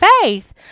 faith